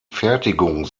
fertigung